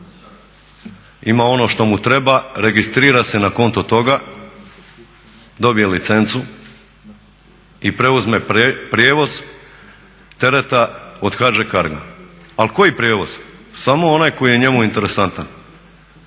ima ono što mu treba registrira se na konto toga, dobije licencu i preuzme prijevoz tereta od CARGO-a. Ali koji prijevoz? Samo onaj koji je njemu interesantan